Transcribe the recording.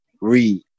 read